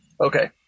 Okay